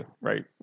right